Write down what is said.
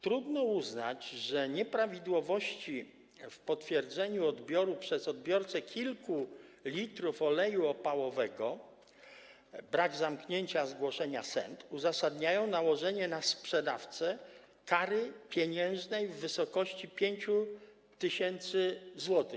Trudno uznać, że nieprawidłowości w potwierdzeniu odbioru przez odbiorcę kilku litrów oleju opałowego, jeżeli chodzi o brak zamknięcia zgłoszenia SENT, uzasadniają nałożenie na sprzedawcę kary pieniężnej w wysokości 5 tys. zł.